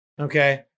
okay